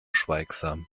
schweigsam